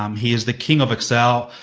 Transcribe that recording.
um he is the king of excel.